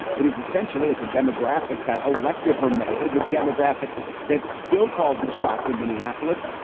it is essentially at the demographic that elected her mayor, the demographic that still calls the shots in minneapolis,